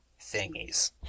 thingies